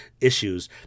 issues